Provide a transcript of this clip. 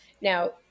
Now